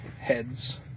heads